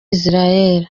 israel